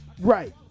Right